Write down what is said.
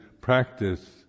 practice